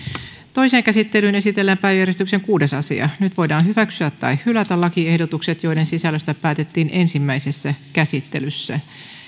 toiseen käsittelyyn esitellään päiväjärjestyksen kuudes asia nyt voidaan hyväksyä tai hylätä lakiehdotukset joiden sisällöstä päätettiin ensimmäisessä käsittelyssä